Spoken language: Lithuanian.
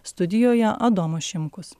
studijoje adomas šimkus